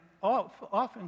often